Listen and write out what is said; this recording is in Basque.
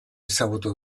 ezagutu